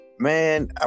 man